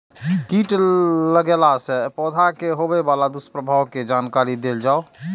कीट लगेला से पौधा के होबे वाला दुष्प्रभाव के जानकारी देल जाऊ?